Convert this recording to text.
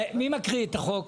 מי מקריא את החוק?